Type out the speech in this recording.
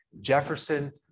jefferson